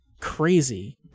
crazy